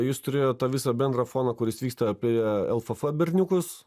jis turėjo tą visą bendrą foną kuris vyksta apie lff berniukus